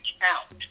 count